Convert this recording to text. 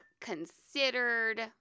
considered